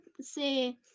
say